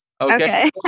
Okay